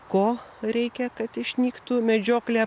ko reikia kad išnyktų medžioklė